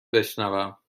بشنوم